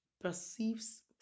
perceives